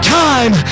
time